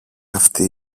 αυτή